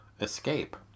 escape